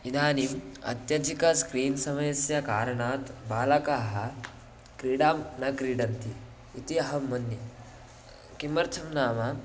इदानीम् अत्यधिकं स्क्रीन् समयस्य कारणात् बालकाः क्रीडां न क्रीडन्ति इति अहं मन्ये किमर्थं नाम